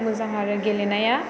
मोजां आरो गेलेनाया